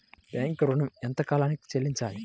Bank ఋణం ఎంత కాలానికి చెల్లింపాలి?